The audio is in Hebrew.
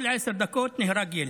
כל עשר דקות נהרג ילד.